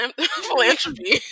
philanthropy